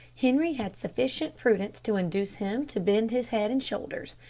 henri had sufficient prudence to induce him to bend his head and shoulders,